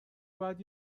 باید